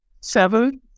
seven